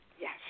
yes